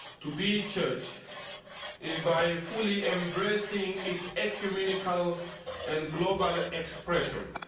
to be church is by fully embracing its ecumenical and global expression.